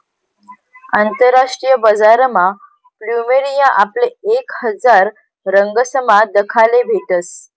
आंतरराष्ट्रीय बजारमा फ्लुमेरिया आपले एक हजार रंगसमा दखाले भेटस